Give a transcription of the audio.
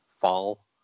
fall